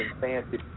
fancy